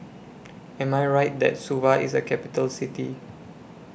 Am I Right that Suva IS A Capital City